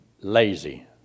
lazy